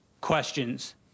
questions